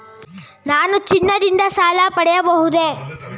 ನಾನು ಚಿನ್ನದಿಂದ ಸಾಲ ಪಡೆಯಬಹುದೇ?